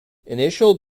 initial